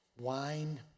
Wine